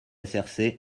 src